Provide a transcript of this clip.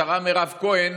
השרה מירב כהן,